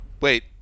Wait